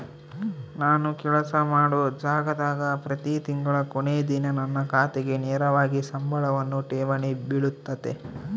ನಾನು ಕೆಲಸ ಮಾಡೊ ಜಾಗದಾಗ ಪ್ರತಿ ತಿಂಗಳ ಕೊನೆ ದಿನ ನನ್ನ ಖಾತೆಗೆ ನೇರವಾಗಿ ಸಂಬಳವನ್ನು ಠೇವಣಿ ಬಿಳುತತೆ